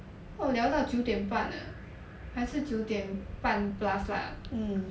不懂聊到九点半 ah 还是九点半 plus lah